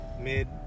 mid